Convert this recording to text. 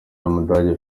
w’umudage